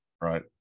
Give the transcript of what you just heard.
Right